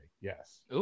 Yes